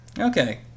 Okay